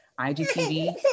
IGTV